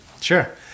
Sure